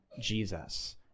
Jesus